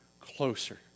closer